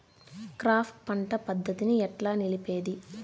Crop పంట పద్ధతిని ఎట్లా నిలిపేది?